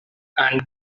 and